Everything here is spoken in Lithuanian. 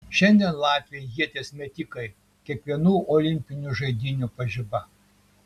šiandien latviai ieties metikai kiekvienų olimpinių žaidynių pažiba